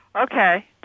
okay